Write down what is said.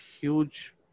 huge